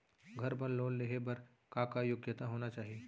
घर बर लोन लेहे बर का का योग्यता होना चाही?